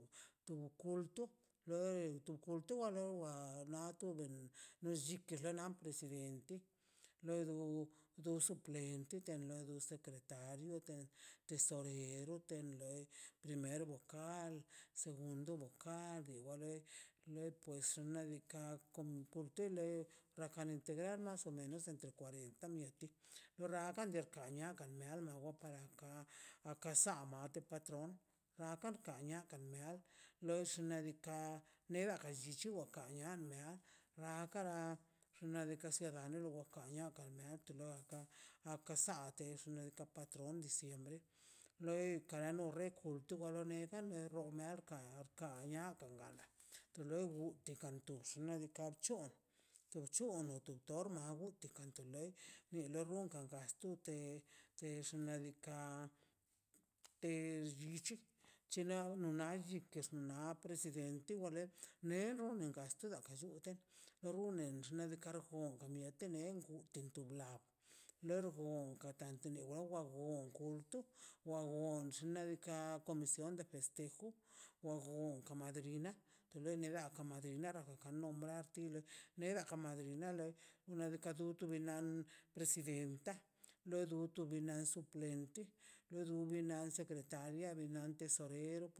To kulto to kulto wala te na ben no chiken no baxken accidente jaripeo troagan ben gan llite un nelliati ked te te madrina del llikan de la gracias one ru tun tun inen kolaborado ka uka sama tet patron tlal bin kan onedikaꞌ obra de caridad na ka tan na despues tu chile o tu paraga kara xnaꞌ diikaꞌ kara bin tu kul tu gatu kan llute suplen ente te te kulto lowa de kani llinda reconocimiento llungute una presidente te te kulto luei xnaꞌ diikaꞌ lite be kongol xkwa beneꞌ ga comisión de festejo ne ka no tekel rrunkan ka nia na de llinkan dara da sil naꞌ shu nadika ka ben wejejas tik ten tato benkaꞌ benꞌ presidente kulto kaneo presidenta ka madrina wa an ti lei led bux xnaꞌ diikaꞌ saamate patron matete loi xnaꞌ diikaꞌ diu diikaꞌ tirrakas ganl trane legue a ka para ke a ka para celebrar nedika patron santo tomas a la lia to sindiko presidenta lo nata suplente lo do bana secretaria benan tesorer